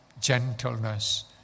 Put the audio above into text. gentleness